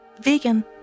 Vegan